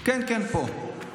כן, כן, פה.